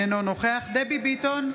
אינו נוכח דבי ביטון,